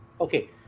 Okay